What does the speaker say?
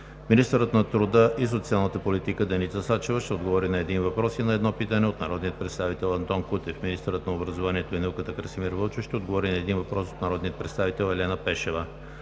Министърът на труда и социалната политика Деница Сачева ще отговори на един въпрос и на едно питане от народния представител Антон Кутев. 4. Министърът на образованието и науката Красимир Вълчев ще отговори на един въпрос от народния представител Елена Пешева.